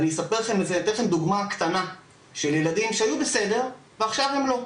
ואני אתן לכם דוגמה קטנה של ילדים שהיו בסדר ועכשיו הם לא,